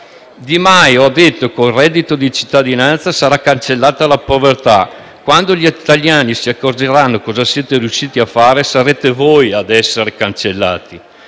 Di Maio ha detto che con il reddito di cittadinanza sarà cancellata la povertà. Quando gli italiani si accorgeranno cosa siete riusciti a fare, sarete voi a essere cancellati.